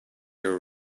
your